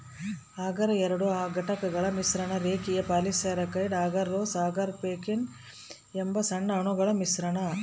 ಅಗರ್ ಎರಡು ಘಟಕಗಳ ಮಿಶ್ರಣ ರೇಖೀಯ ಪಾಲಿಸ್ಯಾಕರೈಡ್ ಅಗರೋಸ್ ಅಗಾರೊಪೆಕ್ಟಿನ್ ಎಂಬ ಸಣ್ಣ ಅಣುಗಳ ಮಿಶ್ರಣ